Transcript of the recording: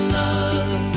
love